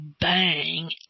bang